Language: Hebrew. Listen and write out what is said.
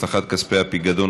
הבטחת כספי הפיקדון),